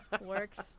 Works